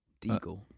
Deagle